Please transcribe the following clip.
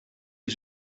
was